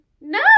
No